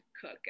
cook